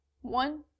One